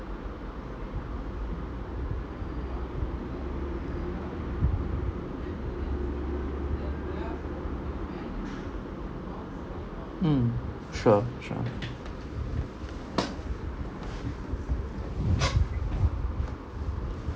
mm sure sure